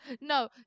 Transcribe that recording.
No